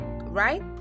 right